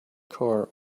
car